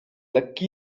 lekki